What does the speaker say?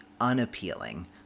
Unappealing